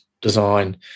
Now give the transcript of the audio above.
design